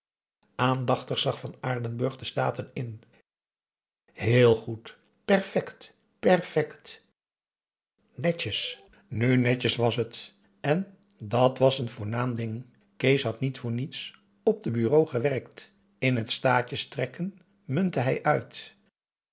aandachtig zag van aardenburg de staten in heel goed perfect perfect netjes nu netjes was het en dat was een voornaam ding kees had niet voor niets op de bureaux gewerkt in het staatjes trekken muntte hij uit